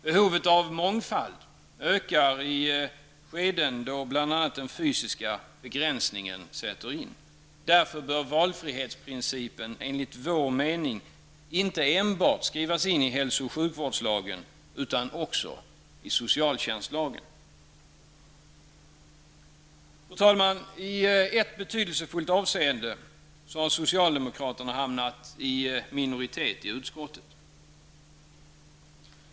Behovet av mångfald ökar i skeden då bl.a. den fysiska begränsningen sätter in. Därför bör valfrihetsprincipen, enligt vår mening, inte enbart skrivas in i hälso och sjukvårdslagen utan också i socialtjänstlagen. Fru talman! I ett betydelsefullt avseende har socialdemokraterna hamnat i minoritet i utskottet.